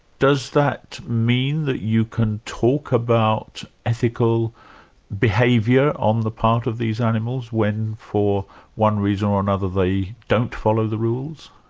does that mean that you can talk about ethical behaviour on the part of these animals when for one reason or another they don't follow the rules?